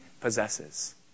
possesses